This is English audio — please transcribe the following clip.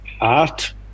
Art